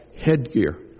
headgear